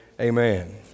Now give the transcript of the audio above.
amen